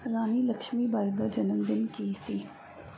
ਰਾਣੀ ਲਕਸ਼ਮੀ ਬਾਈ ਦਾ ਜਨਮਦਿਨ ਕੀ ਸੀ